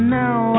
now